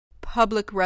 public